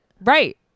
Right